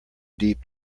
deep